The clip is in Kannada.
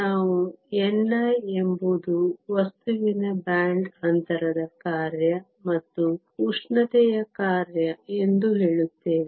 ನಾವು ni ಎಂಬುದು ವಸ್ತುವಿನ ಬ್ಯಾಂಡ್ ಅಂತರದ ಕಾರ್ಯ ಮತ್ತು ಉಷ್ಣತೆಯ ಕಾರ್ಯ ಎಂದೂ ಹೇಳುತ್ತೇವೆ